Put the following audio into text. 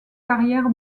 carrière